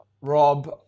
Rob